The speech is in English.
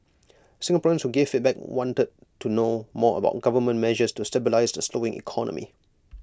Singaporeans who gave feedback wanted to know more about government measures to stabilise the slowing economy